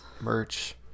merch